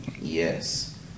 yes